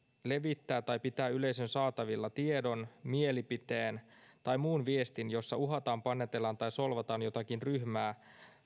levittää tai pitää yleisön saatavilla tiedon mielipiteen tai muun viestin jossa uhataan panetellaan tai solvataan jotakin ryhmää